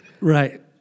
Right